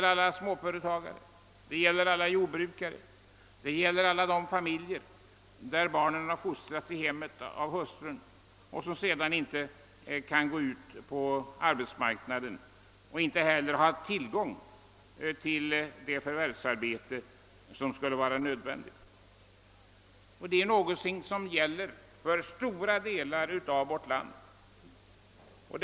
Jo, alla småföretagare, alla jordbrukare och alla de familjer där barnen har fostrats i hemmet av hustrun, som sedan inte så lätt kan gå ut på arbetsmarknaden och inte heller har tillgång till det förvärvsarbete som skulle vara nödvändigt. Detta gäller för stora delar av vårt folk.